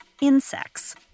insects